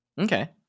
Okay